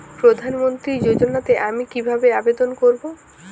প্রধান মন্ত্রী যোজনাতে আমি কিভাবে আবেদন করবো?